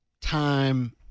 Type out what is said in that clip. time